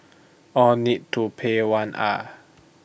all need to pay one ah